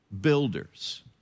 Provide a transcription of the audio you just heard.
builders